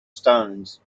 stones